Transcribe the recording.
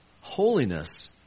Holiness